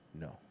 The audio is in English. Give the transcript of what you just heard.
No